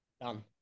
done